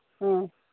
ꯑꯥ